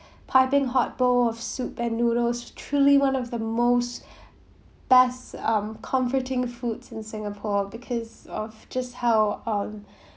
piping hot bowl of soup and noodles truly one of the most best um comforting foods in singapore because of just how all